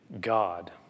God